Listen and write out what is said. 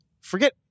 Forget